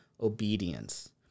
obedience